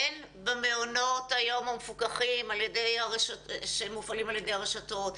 הן במעונות המפוקחים שמופעלים על ידי הרשתות,